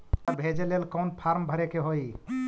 पैसा भेजे लेल कौन फार्म भरे के होई?